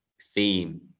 theme